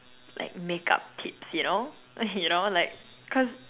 like makeup tips you know you know like cause